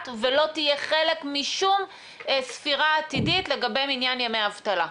ולא תהיה חלק משום ספירה עתידית לגבי מניין ימי האבטלה.